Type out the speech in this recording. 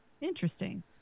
Interesting